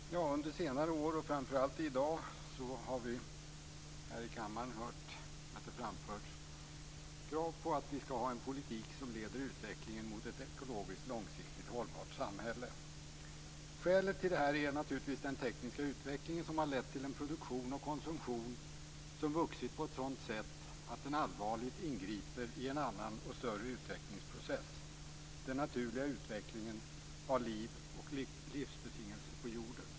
Fru talman! Under senare år och framför allt i dag har vi här i kammaren hört att det har framförts krav på att vi ska ha en politik som leder utvecklingen mot ett ekologiskt långsiktigt hållbart samhälle. Skälet till det här är naturligtvis den tekniska utvecklingen, som har lett till en produktion och konsumtion som vuxit på ett sådant sätt att den allvarligt ingriper i en annan och större utvecklingsprocess: den naturliga utvecklingen av liv och livsbetingelser på jorden.